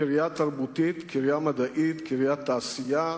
קריה תרבותית, קריה מדעית, קריית תעשייה,